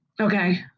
Okay